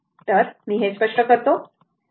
तर मी हे स्पष्ट करतो